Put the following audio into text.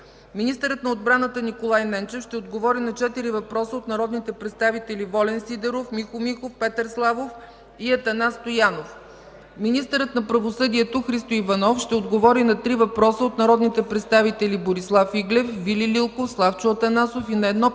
Министърът на отбраната Николай Ненчев ще отговори на четири въпроса от народните представители Волен Сидеров, Михо Михов, Петър Славов и Атанас Стоянов. Министърът на правосъдието Христо Иванов ще отговори на три въпроса от народните представители Борислав Иглев, Вили Лилков, Славчо Атанасов и на едно питане